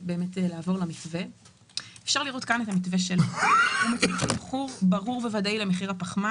המתווה מציג תמחור ברור וודאי למחיר הפחמן